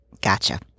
Gotcha